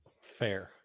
fair